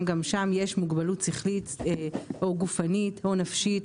גם שם יש מוגבלות שכלית או גופנית או נפשית.